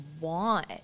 want